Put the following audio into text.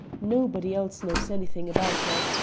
nobody else knows anything about it.